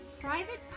private